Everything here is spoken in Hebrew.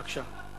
בבקשה.